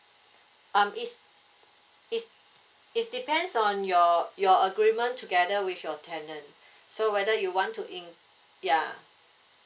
um is is is depends on your your agreement together with your tenant so whether you want to in yeah